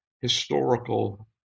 historical